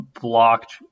blocked